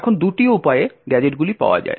এখন দুটি উপায়ে গ্যাজেটগুলি পাওয়া যায়